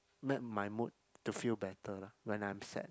make my mood to feel better lah when I am sad